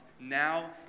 now